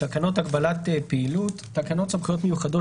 "תקנות הגבלת פעילות" תקנות סמכויות מיוחדות